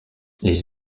les